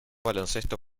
baloncesto